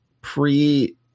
pre